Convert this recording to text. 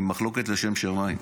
היא מחלוקת לשם שמיים.